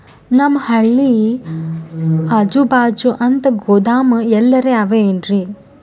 ನಮ್ ಹಳ್ಳಿ ಅಜುಬಾಜು ಅಂತ ಗೋದಾಮ ಎಲ್ಲರೆ ಅವೇನ್ರಿ?